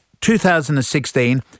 2016